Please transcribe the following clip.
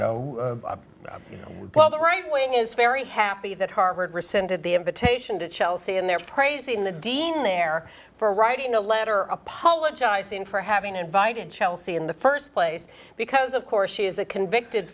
know well the right wing is very happy that harvard rescinded the invitation to chelsea and they're praising the dean there for writing a letter apologizing for having invited chelsea in the st place because of course she is a convicted